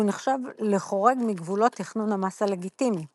והוא נחשב לחורג מגבולות תכנון המס הלגיטימי;